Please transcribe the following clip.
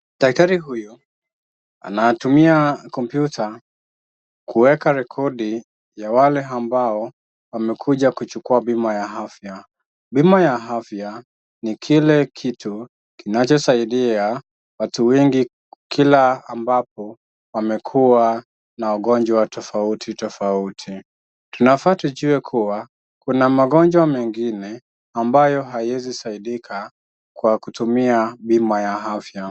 Daktari huyu anatumia kompyuta kuweka rekodi ya wale ambao wamekuja kuchukuwa bima ya afya. Bima ya afya ni kile kitu kinachosaidia watu wengi kila ambapo wamekuwa na ugonjwa tofauti tofauti. Tunafaa tujue kuwa kuna magonjwa mengine ambayo haiezi saidika kwa kutumia bima ya afya.